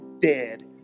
dead